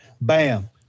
Bam